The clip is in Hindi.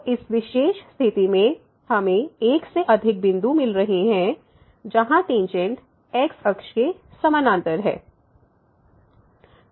तो इस विशेष स्थिति में हमें एक से अधिक बिंदु मिल रहे हैं जहां टेंजेंट x अक्ष के समानांतर है